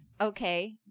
Okay